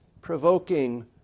provoking